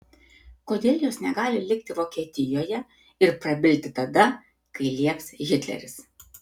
kodėl jos negali likti vokietijoje ir prabilti tada kai lieps hitleris